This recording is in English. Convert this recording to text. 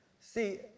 See